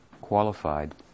qualified